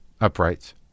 Uprights